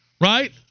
Right